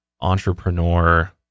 entrepreneur